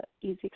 easy